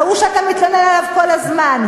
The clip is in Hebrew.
ההוא שאתה מתלונן עליו כל הזמן,